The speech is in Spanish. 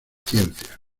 ciencias